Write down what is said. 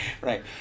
Right